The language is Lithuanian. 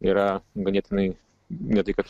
yra ganėtinai ne tai kad